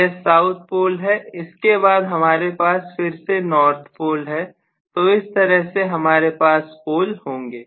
यह south pole है इसके बाद हमारे पास फिर से नॉर्थ पोल है तो इस तरह से हमारे पास पोल होंगे